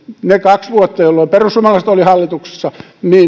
ne kaksi vuotta jolloin perussuomalaiset olivat hallituksessa